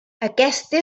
aquesta